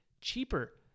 cheaper